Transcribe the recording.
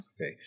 Okay